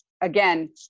again